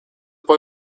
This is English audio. boy